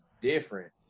different